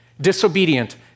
disobedient